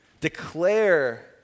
declare